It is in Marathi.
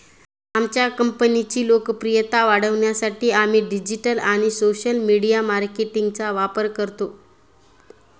आमच्या कंपनीची लोकप्रियता वाढवण्यासाठी आम्ही डिजिटल आणि सोशल मीडिया मार्केटिंगचा वापर करतो